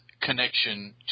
connection